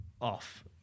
off